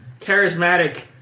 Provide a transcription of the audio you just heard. charismatic